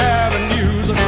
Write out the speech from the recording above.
avenues